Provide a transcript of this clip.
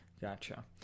Gotcha